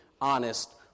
honest